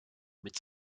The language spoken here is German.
mit